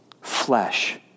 flesh